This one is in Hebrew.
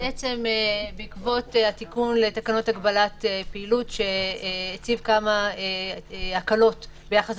בעקבות התיקון לתקנות הגבלת פעילות שהציב כמה הקלות לעומת